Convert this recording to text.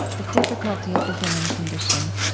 the difficulty of the human condition,